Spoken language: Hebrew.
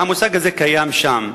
המושג הזה קיים שם.